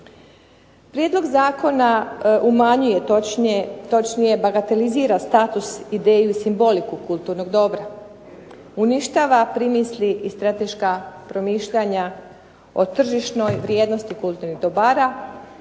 Prijedlog zakona umanjuje, točnije bagatelizira status, ideju i simboliku kulturnog dobra, uništava primisli i strateška promišljanja o tržišnoj vrijednosti kulturnih dobara,